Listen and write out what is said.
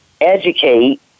educate